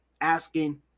asking